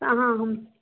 अहाँ हम